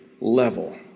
Level